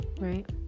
Right